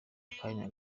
akanya